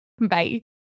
Bye